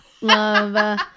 love